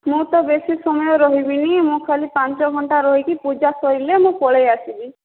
ମୁଁ ତ ବେଶୀ ସମୟ ରହିବିନି ମୁଁ ଖାଲି ପାଞ୍ଚ ଘଣ୍ଟା ରହିକି ପୂଜା ସରିଲେ ମୁଁ ପଳେଇଆସିବି